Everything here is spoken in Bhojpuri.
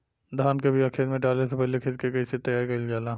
धान के बिया खेत में डाले से पहले खेत के कइसे तैयार कइल जाला?